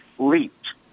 leaped